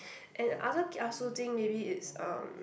and other kiasu thing maybe it's um